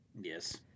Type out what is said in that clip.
Yes